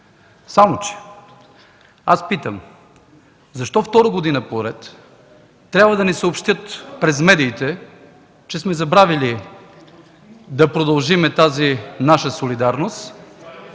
Само че аз питам: защо втора година поред трябва да ни съобщят пред медиите, че сме забравили да продължим тази наша солидарност